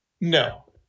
No